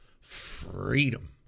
freedom